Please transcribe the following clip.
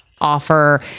offer